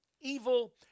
evil